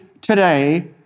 today